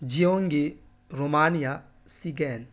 جیونگی Romania سگین